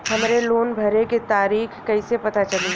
हमरे लोन भरे के तारीख कईसे पता चली?